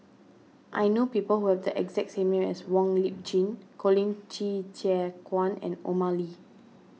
I know people who have the exact name as Wong Lip Chin Colin Qi Zhe Quan and Omar Ali